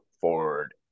forward